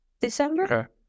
December